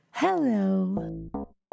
Hello